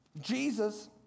Jesus